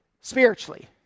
spiritually